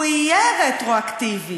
הוא יהיה רטרואקטיבי.